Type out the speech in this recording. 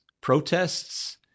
protests